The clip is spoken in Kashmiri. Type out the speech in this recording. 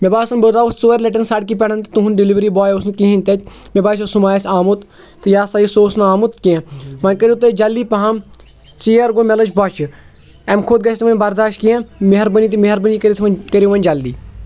مےٚ باسان بہٕ درٛاوُس ژورِ لَٹٮ۪ن سَڑکہِ پٮ۪ٹھ تُہُنٛد ڈِلؤری باے اوس نہٕ کِہیٖنۍ تَتہِ مےٚ باسیو سُہ ما آسہِ آمُت تہٕ یہِ ہَسا یہِ سُہ اوس نہٕ آمُت کینٛہہ وۄنۍ کٔرِو تُہۍ جلدی پَہَم ژیر گوٚو مےٚ لٔج بۄچھِ اَمہِ کھۄتہٕ گژھِ نہٕ وۄنۍ بَرداش کینٛہہ مہربٲنی تہِ مہربٲنی کٔرِتھ کٔرِو وۄنۍ جلدی